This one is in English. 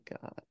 god